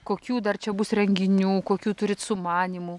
kokių dar čia bus renginių kokių turit sumanymų